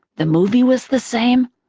the movie was the same.